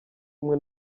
kumwe